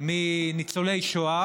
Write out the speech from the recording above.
מניצולי שואה